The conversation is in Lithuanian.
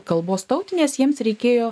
kalbos tautinės jiems reikėjo